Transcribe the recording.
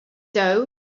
dough